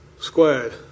squared